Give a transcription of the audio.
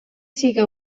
siga